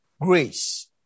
grace